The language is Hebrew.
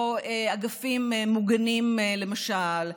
לא אגפים מוגנים, למשל,